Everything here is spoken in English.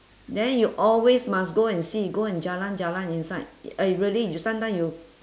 then you always must go and see go and jalan-jalan inside eh really you sometime you